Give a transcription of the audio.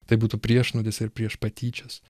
tai būtų priešnuodis ir prieš patyčias